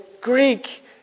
Greek